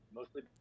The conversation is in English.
mostly